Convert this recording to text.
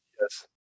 Yes